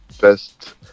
best